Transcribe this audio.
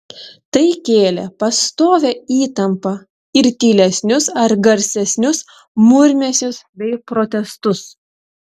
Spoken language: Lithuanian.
tai kėlė pastovią įtampą ir tylesnius ar garsesnius murmesius bei protestus